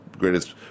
greatest